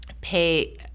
pay